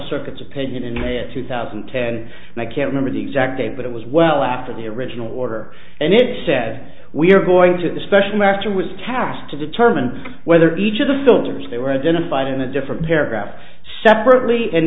circuit's opinion in may of two thousand and ten and i can't remember the exact date but it was well after the original order and it said we're going to the special master was cast to determine whether each of the filters they were identified in a different paragraph separately and